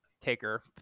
taker